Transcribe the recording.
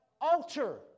altar